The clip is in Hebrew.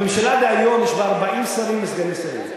תראה, הממשלה דהיום, יש בה 40 שרים וסגני שרים.